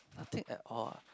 nothing at all ah